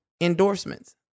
endorsements